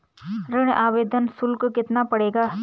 ऋण आवेदन शुल्क कितना पड़ेगा?